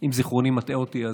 ואם זיכרוני מטעה אותי,